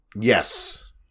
Yes